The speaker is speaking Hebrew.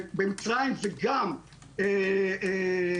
במצרים גם חלקו-